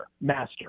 master